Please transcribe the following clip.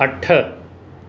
अठ